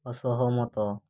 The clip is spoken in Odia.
ଅସହମତ